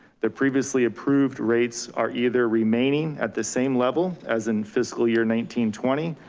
the previously approved rates are either remaining at the same level as in fiscal year nineteen twenty,